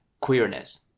queerness